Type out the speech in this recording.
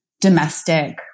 domestic